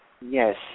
Yes